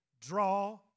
draw